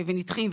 ונדחים,